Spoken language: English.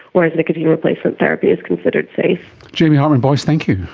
whereas nicotine replacement therapy is considered safe. jamie hartmann-boyce, thank you.